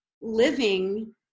living